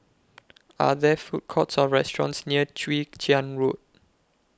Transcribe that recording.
Are There Food Courts Or restaurants near Chwee Chian Road